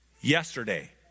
yesterday